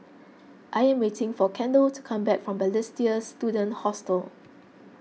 I am waiting for Kendal to come back from Balestier Student Hostel